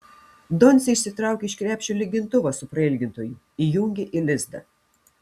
doncė išsitraukė iš krepšio lygintuvą su prailgintoju įjungė į lizdą